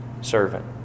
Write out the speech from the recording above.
servant